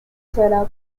sagrado